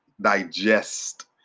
digest